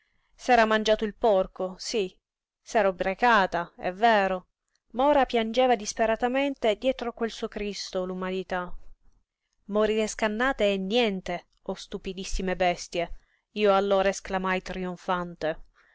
s'era mangiato il porco sí s'era ubriacata è vero ma ora piangeva disperatamente dietro a quel suo cristo l'umanità morire scannate è niente o stupidissime bestie io allora esclamai trionfante